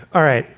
all right.